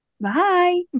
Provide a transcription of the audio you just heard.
Bye